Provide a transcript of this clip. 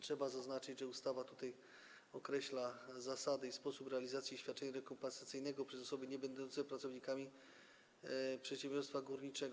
trzeba zaznaczyć, że ustawa określa zasady i sposób realizacji świadczenia rekompensacyjnego przez osoby niebędące pracownikami przedsiębiorstwa górniczego.